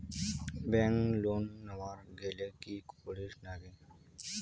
Bank loan নেওয়ার গেইলে কি করীর নাগে?